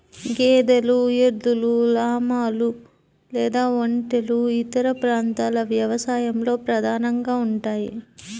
గేదెలు, ఎద్దులు, లామాలు లేదా ఒంటెలు ఇతర ప్రాంతాల వ్యవసాయంలో ప్రధానంగా ఉంటాయి